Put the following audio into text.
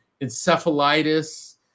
encephalitis